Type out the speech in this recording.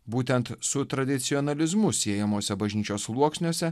būtent su tradicionalizmu siejamuose bažnyčios sluoksniuose